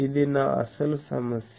ఇది నా అసలు సమస్య